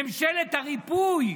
ממשלת הריפוי,